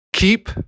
Keep